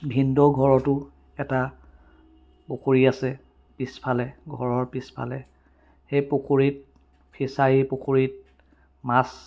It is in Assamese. ভিন্দৌৰ ঘৰতো এটা পুখুৰী আছে পিছফালে ঘৰৰ পিছফালে সেই পুখুৰীত ফিছাৰী পুখুৰীত মাছ